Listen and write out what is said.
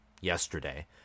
yesterday